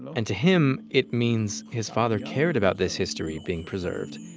and to him, it means his father cared about this history being preserved.